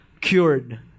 cured